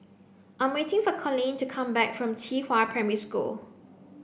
I'm waiting for Coleen to come back from Qihua Primary School